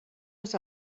was